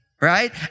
right